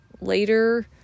later